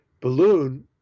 balloon